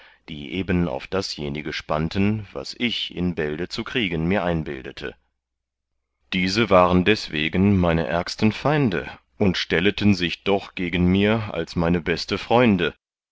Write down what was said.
die eben auf dasjenige spannten was ich in bälde zu kriegen mir einbildete diese waren deswegen meine ärgsten feinde und stelleten sich doch gegen mir als meine beste freunde